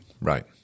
Right